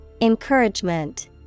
Encouragement